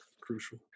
crucial